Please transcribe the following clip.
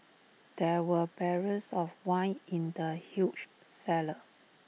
there were barrels of wine in the huge cellar